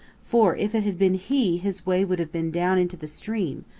for if it had been he his way would have been down into the stream,